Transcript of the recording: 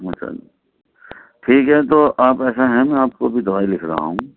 اچھا ٹھیک ہے تو آپ ایسا ہے میں آپ کو ابھی دوائی لِکھ رہا ہوں